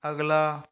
अगला